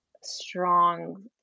strong